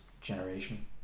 generation